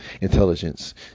intelligence